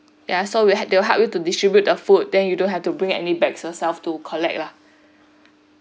ya so we help they will help you to distribute the food then you don't have to bring any bags yourself to collect lah